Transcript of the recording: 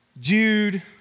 Jude